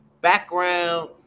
background